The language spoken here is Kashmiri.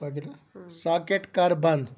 ساکیٚٹ کَر بنٛد